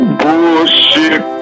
bullshit